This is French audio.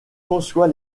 conçoit